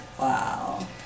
Wow